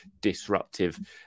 disruptive